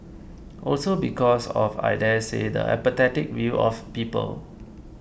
also because of I daresay the apathetic view of people